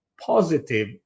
positive